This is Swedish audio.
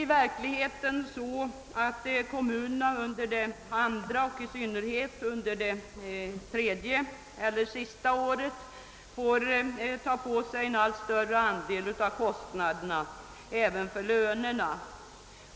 I verkligheten får kommunerna under det andra och i synnerhet under det tredje eller sista året ta på sig en allt större andel av kostnaderna även för lönerna.